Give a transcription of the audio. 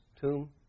tomb